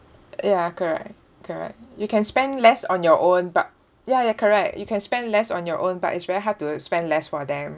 ya correct correct you can spend less on your own but ya you're correct you can spend less on your own but it's very hard to spend less for them